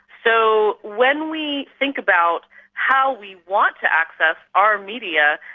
so when we think about how we want to access our media,